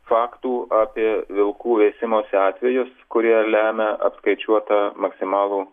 faktų apie vilkų veisimosi atvejus kurie lemia apskaičiuotą maksimalų